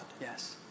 Yes